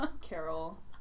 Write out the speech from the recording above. Carol